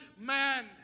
man